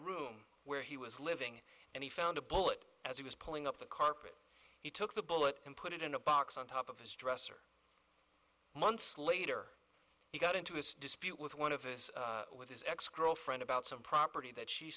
room where he was living and he found a bullet as he was pulling up the carpet he took the bullet and put it in a box on top of his dresser months later he got into a dispute with one of his with his ex girlfriend about some property that she